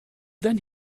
then